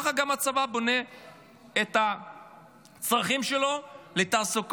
ככה גם הצבא בונה את הצרכים שלו לתעסוקות,